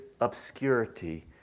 obscurity